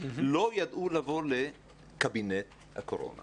לא ידעו לבוא לקבינט הקורונה